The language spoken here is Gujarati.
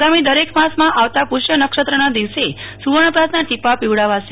આગામી દરેક માસમાં આવતા પુષ્ય નક્ષત્રના દિવસે સુવર્ણપ્રાસના ટીપાં પીવડાવાશે